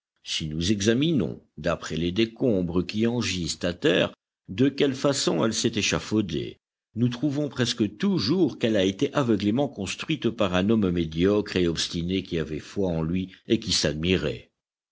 si nous examinons d'après les décombres qui en gisent à terre de quelle façon elle s'est échafaudée nous trouvons presque toujours qu'elle a été aveuglément construite par un homme médiocre et obstiné qui avait foi en lui et qui s'admirait